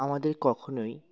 আমাদের কখনোই